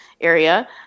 area